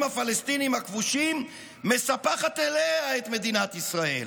הפלסטיניים הכבושים מספחת אליה את מדינת ישראל